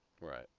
Right